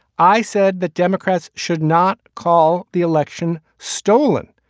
i said the democrats should not call the election stolen.